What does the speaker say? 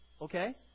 okay